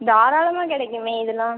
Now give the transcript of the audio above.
தாராளமாகவே கிடைக்குமே இதெல்லாம்